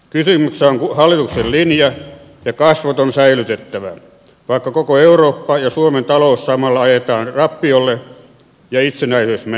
kysymyksessä on hallituksen linja ja kasvot on säilytettävä vaikka koko eurooppa ja suomen talous samalla ajetaan rappiolle ja itsenäisyys menetetään